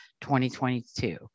2022